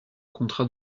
contrat